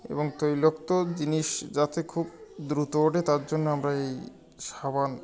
এবং তৈলাক্ত জিনিস যাতে খুব দ্রুত ওঠে তার জন্য আমরা এই সাবান